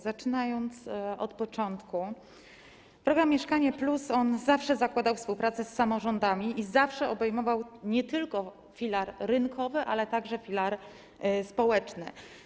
Zaczynając od początku, program „Mieszkanie+” zawsze zakładał współpracę z samorządami i zawsze obejmował nie tylko filar rynkowy, ale także filar społeczny.